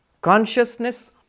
consciousness